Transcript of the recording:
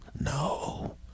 No